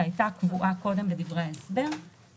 שהייתה קבועה קודם בדברי ההסבר,